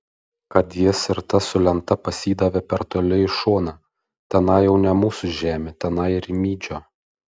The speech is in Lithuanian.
kad jis ir tas su lenta pasidavė per toli į šoną tenai jau ne mūsų žemė tenai rimydžio